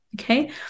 Okay